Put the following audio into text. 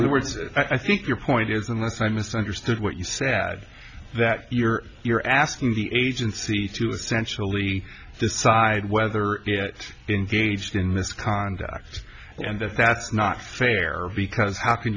other words i think your point is unless i misunderstood what you sad that you're you're asking the agency to essentially decide whether in gauged in misconduct and that that's not fair because how can